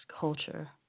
culture